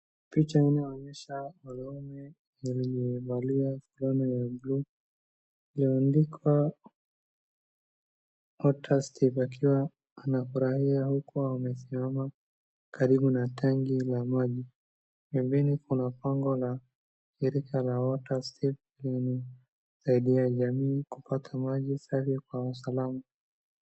Picha inayoonyesha mwanaume aliyevalia fulana ya blue iliyoandikwa water scheme akiwa amefurahia huku amesimama karibu na tangi la maji, pembeni kuna bango la shirika la water scheme lenye linasaidia jamii kupata maji safi kwa usalama.